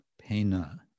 pena